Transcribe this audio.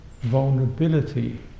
vulnerability